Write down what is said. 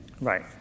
Right